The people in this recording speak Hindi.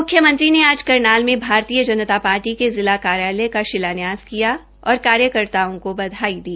मुख्यमंत्री ने आज करनाल में भारतीय जनता पार्टी के जिला कार्यालय का शिलान्यास किया और कार्यकर्ताओं को बधाई दी